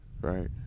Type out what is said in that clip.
right